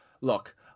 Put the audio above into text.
look